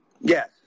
Yes